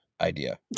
idea